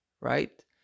right